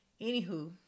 Anywho